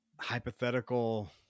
hypothetical